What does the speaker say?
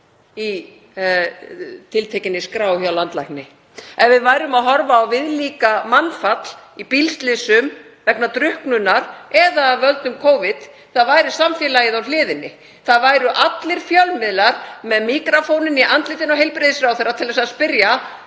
í tiltekinni skrá hjá landlækni. Ef við værum að horfa á viðlíka mannfall í bílslysum, vegna drukknunar eða af völdum Covid væri samfélagið á hliðinni. Það væru allir fjölmiðlar með míkrófóninn í andlitið á heilbrigðisráðherra til að spyrja: